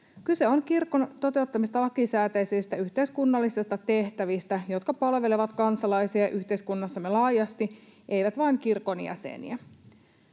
Kyse on kirkon toteuttamista lakisääteisistä yhteiskunnallisista tehtävistä, jotka palvelevat kansalaisia yhteiskunnassamme laajasti — eivät vain kirkon jäseniä.